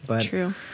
True